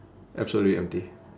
absolutely empty